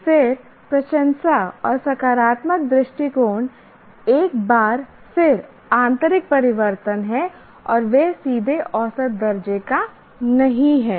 फिर प्रशंसा और सकारात्मक दृष्टिकोण एक बार फिर आंतरिक परिवर्तन हैं और वे सीधे औसत दर्जे का नहीं हैं